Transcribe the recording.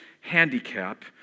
handicap